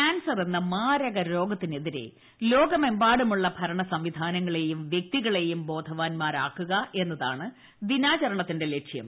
കാൻസറെന്ന മാരകരോഗത്തിനെതിരെ ലോകമെമ്പാടുമുള്ള ഭരണസംവിധാനങ്ങളേയും വ്യക്തികളേയും ബോധവാന്മാരാക്കുക എന്നതാണ് ദിനാചരണത്തിന്റെ ലക്ഷ്യം